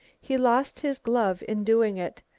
he lost his glove in doing it.